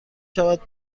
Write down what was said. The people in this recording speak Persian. شود